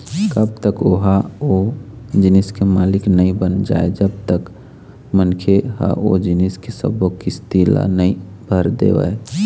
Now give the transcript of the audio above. कब तक ओहा ओ जिनिस के मालिक नइ बन जाय जब तक मनखे ह ओ जिनिस के सब्बो किस्ती ल नइ भर देवय